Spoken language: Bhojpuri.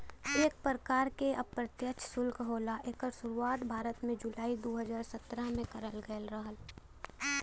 एक परकार के अप्रत्यछ सुल्क होला एकर सुरुवात भारत में जुलाई दू हज़ार सत्रह में करल गयल रहल